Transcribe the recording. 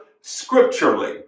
scripturally